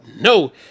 no